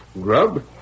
grub